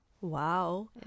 Wow